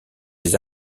les